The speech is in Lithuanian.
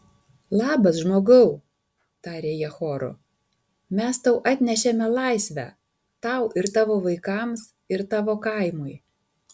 labas žmogau tarė jie choru mes tau atnešėme laisvę tau ir tavo vaikams ir tavo kaimui